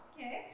Okay